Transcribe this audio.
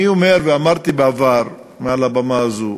אני אומר ואמרתי בעבר מעל הבמה הזו